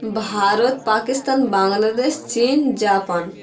ভারত পাকিস্তান বাংলাদেশ চীন জাপান